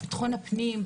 ביטחון הפנים,